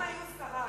כולם היו שרי.